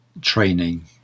training